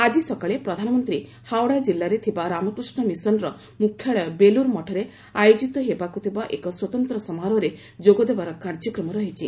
ଆଜି ସକାଳେ ପ୍ରଧାନମନ୍ତ୍ରୀ ହାଓଡ଼ା କ୍କିଲ୍ଲାରେ ଥିବା ରାମକୃଷ୍ଣ ମିଶନର ମୁଖ୍ୟାଳୟ ବେଲୁର୍ ମଠରେ ଆୟୋଜିତ ହେବାକୁଥିବା ଏକ ସ୍ୱତନ୍ତ୍ର ସମାରୋହରେ ଯୋଗଦେବାର କାର୍ଯ୍ୟକ୍ରମ ରହିଛି